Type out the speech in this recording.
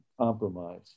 compromise